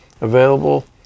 available